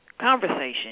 conversation